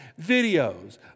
videos